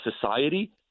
society